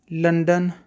London